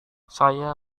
saya